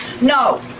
No